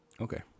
Okay